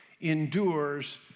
endures